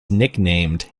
nicknamed